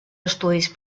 estudis